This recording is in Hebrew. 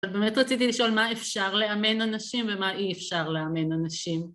באמת רציתי לשאול מה אפשר לאמן אנשים ומה אי אפשר לאמן אנשים.